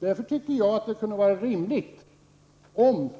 Därför tycker jag att det vore rimligt, om